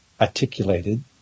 articulated